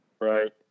Right